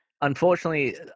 unfortunately